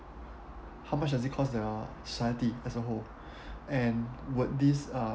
how much does it cost uh society as a whole and would this uh